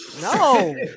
No